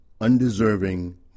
undeserving